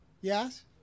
Yes